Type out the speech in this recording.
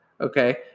okay